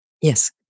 Yes